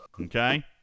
Okay